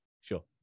Sure